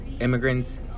immigrants